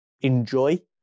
enjoy